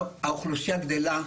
האוכלוסייה גדלה,